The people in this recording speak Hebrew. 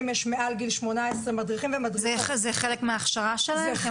מעל גיל 18 יש -- זה חלק מההכשרה שלהם?